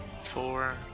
Four